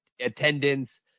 attendance